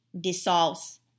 dissolves